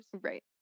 Right